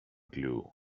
glue